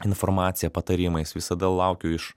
informacija patarimais visada laukiu iš